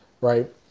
right